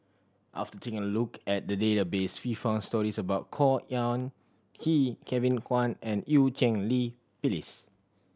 after taking a look at the database we found stories about Khor Ean Ghee Kevin Kwan and Eu Cheng Li Phyllis